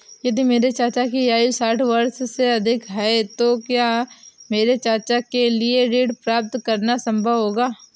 यदि मेरे चाचा की आयु साठ वर्ष से अधिक है तो क्या मेरे चाचा के लिए ऋण प्राप्त करना संभव होगा?